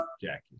Jackie